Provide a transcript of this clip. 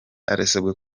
arasabwa